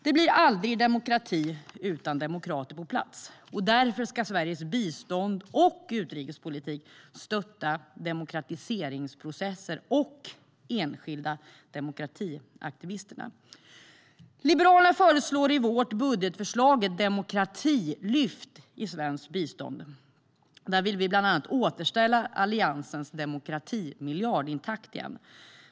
Det blir aldrig demokrati utan demokrater på plats. Därför ska Sveriges bistånd och utrikespolitik stötta demokratiseringsprocesser och enskilda demokratiaktivister. Vi i Liberalerna föreslår i vårt budgetförslag ett demokratilyft i svenskt bistånd. Vi vill bland annat återställa Alliansens demokratimiljard, så att den blir intakt igen.